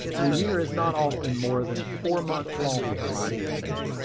the year is not often more than four months long for my business.